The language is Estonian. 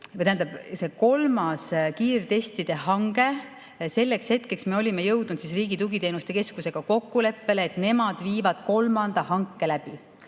See kolmas kiirtestide hange – selleks hetkeks me olime jõudnud Riigi Tugiteenuste Keskusega kokkuleppele, et nemad viivad kolmanda hanke läbi.